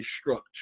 structure